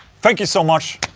thank you so much.